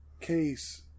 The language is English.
Case